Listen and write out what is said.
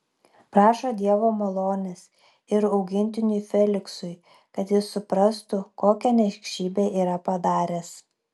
prašo dievo malonės ir augintiniui feliksui kad jis suprastų kokią niekšybę yra padaręs